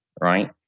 right